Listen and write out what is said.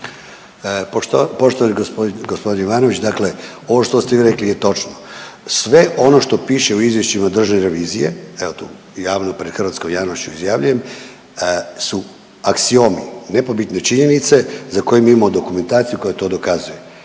Poštovani g. Ivanović. Dakle, ovo što ste vi rekli je točno, sve ono što piše u izvješćima Državne revizije evo tu javno pred hrvatskom javnošću izjavljujem su aksiomi nepobitne činjenice za koje mi imamo dokumentaciju koja to dokazuje.